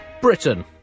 Britain